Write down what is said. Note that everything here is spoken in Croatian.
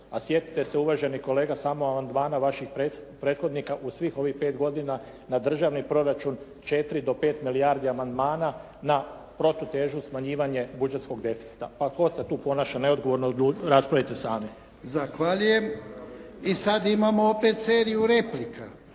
A sjetite se uvaženi kolega samo amandmana vaših prethodnika u svih ovih pet godina na državni proračun 4 do 5 milijardi amandmana na protutežu smanjivanje budžetskog deficita. Pa tko se tu ponaša neodgovorno raspravite sami. **Jarnjak, Ivan (HDZ)** Zahvaljujem. I sada imamo opet seriju replika.